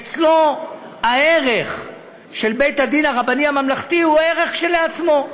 אצלו הערך של בית-הדין הרבני הממלכתי הוא ערך כשלעצמו.